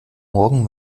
morgen